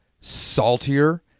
saltier